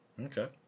Okay